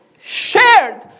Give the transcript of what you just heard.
shared